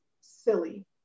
silly